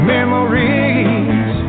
Memories